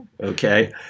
Okay